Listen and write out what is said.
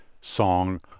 song